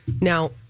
Now